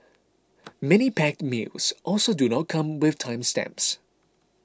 many packed meals also do not come with time stamps